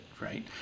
right